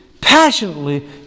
passionately